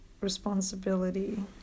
responsibility